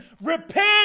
Repent